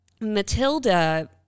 Matilda